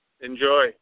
Enjoy